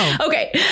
Okay